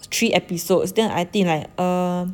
three episodes then I think like um